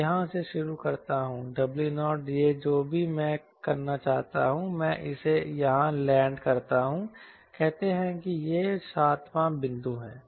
मैं यहां से शुरू करता हूं W0 यह जो भी मैं करना चाहता हूं मैं इसे यहां लैंड करता हूं कहते हैं कि यह 7 वां बिंदु है